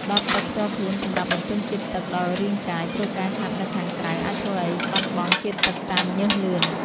ដបទឹកផ្ទាល់ខ្លួនសម្រាប់បំពេញជាតិទឹកដល់រាងកាយ ព្រោះការហាត់នៅខាងក្រៅអាចធ្វើឱ្យបាត់បង់ជាតិទឹកតាមញើសលឿន។